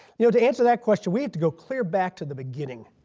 you know to answer that question we have to go clear back to the beginning.